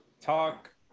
talk